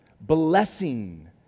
blessing